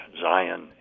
Zion